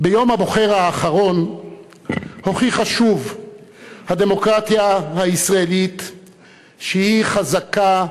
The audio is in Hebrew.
ביום הבוחר האחרון הוכיחה שוב הדמוקרטיה הישראלית שהיא חזקה,